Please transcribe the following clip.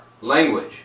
language